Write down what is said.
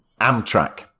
Amtrak